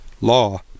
Law